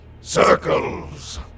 Circles